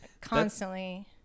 Constantly